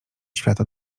świata